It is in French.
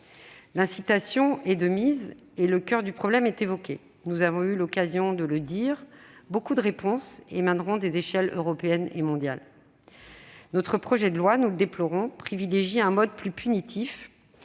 L'incitation est de mise et le coeur du problème est évoqué. Nous avons eu l'occasion de le dire, nombre de réponses émaneront des échelles européenne et mondiale. Notre projet de loi, nous le déplorons, privilégie un mode plus punitif.